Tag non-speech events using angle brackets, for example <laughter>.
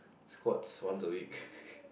squats once a week <laughs>